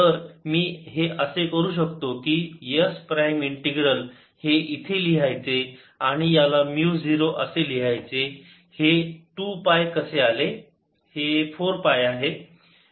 तर मी असे करू शकतो की s प्राईम इंटीग्रल हे इथे लिहायचे आणि याला म्यु 0 असे लिहायचे हे 2 पाय कसे आले हे 4 पाय आहे